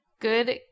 Good